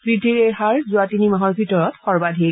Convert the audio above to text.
বৃদ্ধিৰ এই হাৰ যোৱা তিনি মাহৰ ভিতৰত সৰ্বাধিক